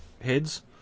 heads